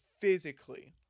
physically